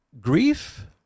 grief